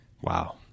Wow